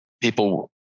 people